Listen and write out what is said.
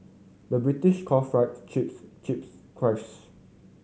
the British calls fries chips chips crisps